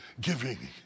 giving